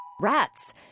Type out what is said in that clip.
Rats